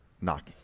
knocking